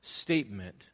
statement